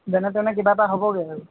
যেনে তেনে কিবা এটা হ'বগৈ আৰু